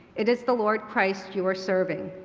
it is the lord christ you are serving.